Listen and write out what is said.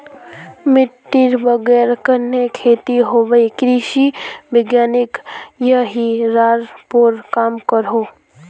मिटटीर बगैर कन्हे खेती होबे कृषि वैज्ञानिक यहिरार पोर काम करोह